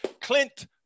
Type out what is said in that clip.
Clint